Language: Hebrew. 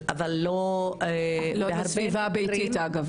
לא בסביבה הביתית אגב,